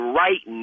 right